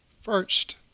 First